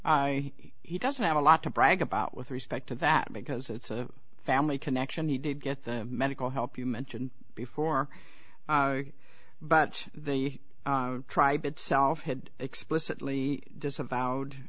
factor he doesn't have a lot to brag about with respect to that because it's a family connection he did get the medical help you mentioned before but the tribe itself had explicitly disavowed